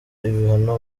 ibihano